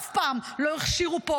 אף פעם לא הכשירו פה,